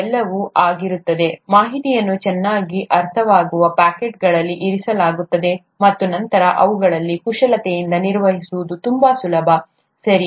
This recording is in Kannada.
ಅವೆಲ್ಲವೂ ಆಗಿರುತ್ತದೆ ಮಾಹಿತಿಯನ್ನು ಚೆನ್ನಾಗಿ ಅರ್ಥವಾಗುವ ಪ್ಯಾಕೆಟ್ಗಳಲ್ಲಿ ಇರಿಸಲಾಗುತ್ತದೆ ಮತ್ತು ನಂತರ ಅವುಗಳನ್ನು ಕುಶಲತೆಯಿಂದ ನಿರ್ವಹಿಸುವುದು ತುಂಬಾ ಸುಲಭ ಸರಿ